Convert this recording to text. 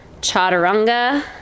chaturanga